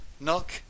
Knock